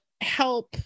help